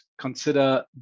consider